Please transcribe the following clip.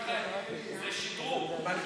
זה שדרוג, רמה מעל.